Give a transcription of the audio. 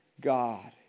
God